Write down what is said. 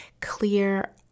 clear